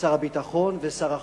ושר הביטחון, ושר החוץ,